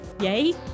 Yay